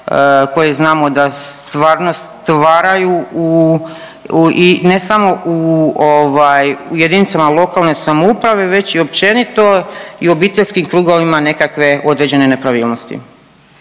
koje znamo da stvarno stvaraju u, i ne samo ovaj u jedinicama lokalne samouprave već i općenito i obiteljskim krugovima nekakve određene nepravilnosti.